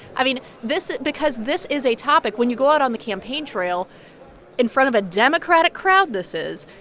i mean, this because this is a topic, when you go out on the campaign trail in front of a democratic crowd, this is,